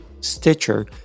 Stitcher